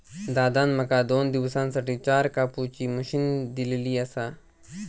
दादान माका दोन दिवसांसाठी चार कापुची मशीन दिलली आसा